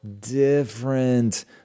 different